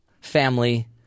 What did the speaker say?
family